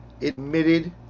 admitted